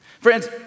friends